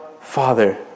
Father